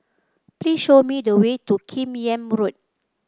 please show me the way to Kim Yam Road